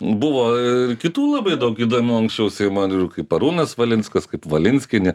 buvo ir kitų labai daug įdomių anksčiau seimo narių kaip arūnas valinskas kaip valinskienė